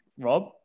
Rob